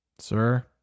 Sir